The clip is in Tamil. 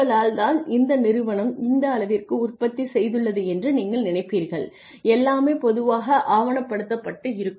உங்களால் தான் இந்த நிறுவனம் இந்த அளவிற்கு உற்பத்தி செய்துள்ளது என்று நீங்கள் நினைப்பீர்கள் எல்லாமே பொதுவாக ஆவணப்படுத்தப்பட்டிருக்கும்